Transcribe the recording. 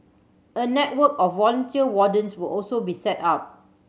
a network of volunteer wardens will also be set up